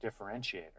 differentiator